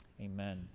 Amen